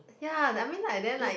ya I mean like then like